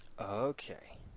Okay